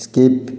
skip